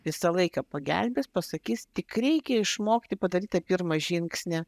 visą laiką pagelbės pasakys tik reikia išmokti padaryt tą pirmą žingsnį